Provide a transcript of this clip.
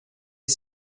les